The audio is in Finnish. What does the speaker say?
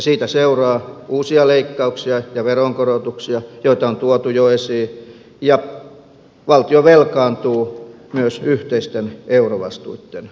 siitä seuraa uusia leikkauksia ja veronkorotuksia joita on tuotu jo esiin ja valtio velkaantuu myös yhteisten eurovastuitten vuoksi